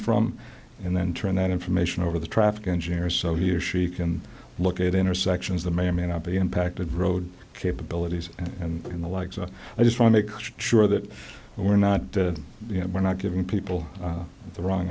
from and then turn that information over the traffic engineer so he or she can look at intersections that may or may not be impacted road capabilities and in the like so i just want make sure that we're not did you know we're not giving people the wrong